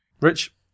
Rich